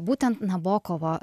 būtent nabokovo